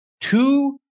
two